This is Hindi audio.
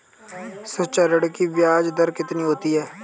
शिक्षा ऋण की ब्याज दर कितनी होती है?